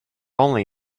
only